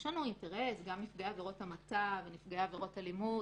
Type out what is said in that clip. יש לנו אינטרס גם בנפגעי עבירות המתה ובנפגעי עבירות אלימות,